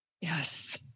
Yes